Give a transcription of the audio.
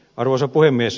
arvoisa puhemies